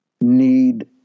need